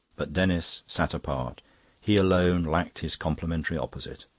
but denis sat apart he alone lacked his complementary opposite.